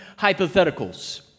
hypotheticals